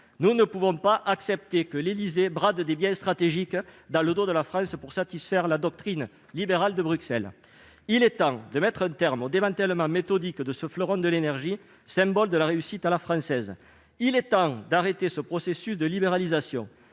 Nous ne pouvons pas accepter que l'Élysée brade des biens stratégiques dans le dos de la France, pour satisfaire la doctrine libérale de Bruxelles. Il est temps de mettre un terme au démantèlement méthodique de ce fleuron de l'énergie, symbole de la réussite à la française. Il est temps d'arrêter ce processus de libéralisation.